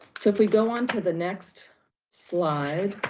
so if we go on to the next slide,